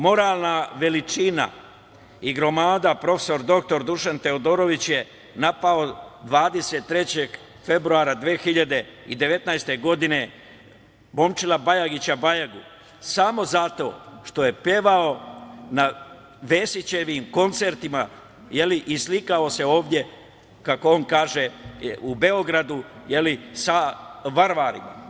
Moralna veličina i gromada, profesor dr Dušan Teodorović, je napao 23. februara 2019. godine Momčila Bajagića Bajagu samo zato što je pevao na Vesićevim koncertima i slikao se ovde, kako on kaže, u Beogradu sa varvarima.